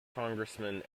congressman